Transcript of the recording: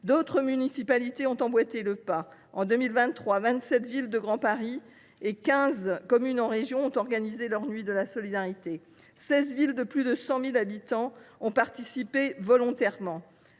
D’autres municipalités ont emboîté le pas. En 2023, vingt sept villes du Grand Paris et quinze communes en région ont organisé leur nuit de la solidarité. Seize villes de plus de 100 000 habitants ont participé volontairement